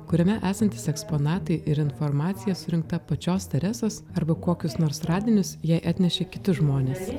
kuriame esantys eksponatai ir informacija surinkta pačios teresės arba kokius nors radinius jai atnešė kiti žmonės